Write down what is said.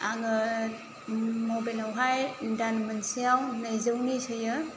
आङो मबाइल आवहाय दान मोनसेयाव नैजौनि सोयो